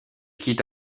quitte